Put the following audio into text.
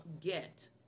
get